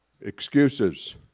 Excuses